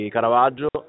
Caravaggio